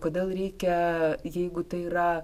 kodėl reikia jeigu tai yra